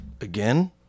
Again